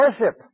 worship